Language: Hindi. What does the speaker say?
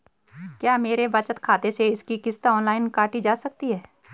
क्या मेरे बचत खाते से इसकी किश्त ऑनलाइन काटी जा सकती है?